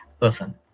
Listen